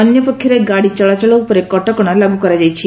ଅନ୍ୟପକ୍ଷରେ ଗାଡି ଚଳାଚଳ ଉପରେ କଟକଶା ଲାଗୁ କରାଯାଇଛି